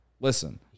listen